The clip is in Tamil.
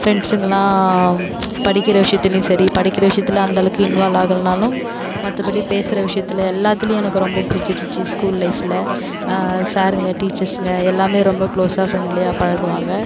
ஃப்ரெண்ட்ஸ்ங்களாம் படிக்கிற விஷயத்துலயும் சரி படிக்கிற விஷயத்தில் அந்தளவுக்கு இன்வால்வ் ஆகலைனாலும் மத்தபடி பேசுகிற விஷயத்தில் எல்லாத்துலையும் எனக்கு பிடிச்சிருந்துச்சு ஸ்கூல் லைஃப்பில் சாருங்க டீச்சர்ஸ்ங்க எல்லாருமே ரொம்ப க்ளோஸாக ஃப்ரெண்ட்லியாக பழகுவாங்க